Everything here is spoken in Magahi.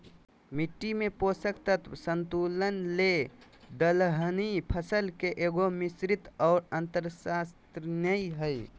मिट्टी में पोषक तत्व संतुलन ले दलहनी फसल के एगो, मिश्रित और अन्तर्शस्ययन हइ